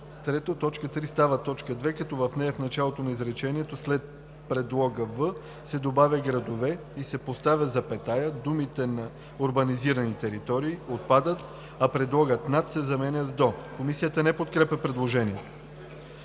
3. Точка 3 става т. 2, като в нея, в началото на изречението, след предлога „в“ се добавя „градове“ и се поставя запетая, думите „на урбанизирани територии“ отпадат, а предлогът „над“ се заменя с „до“.“ Комисията не подкрепя предложението.